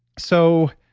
so,